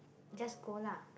just go lah